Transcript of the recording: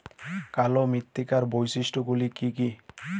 কালো মৃত্তিকার বৈশিষ্ট্য গুলি কি কি?